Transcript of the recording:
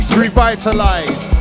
revitalize